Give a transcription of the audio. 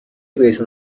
بهتون